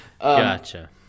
Gotcha